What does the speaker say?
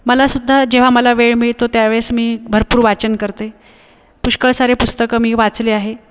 मलासुद्धा जेव्हा मला वेळ मिळतो त्या वेळेस मी भरपूर वाचन करते पुष्कळ सारे पुस्तकं मी वाचले आहे